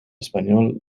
español